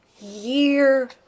year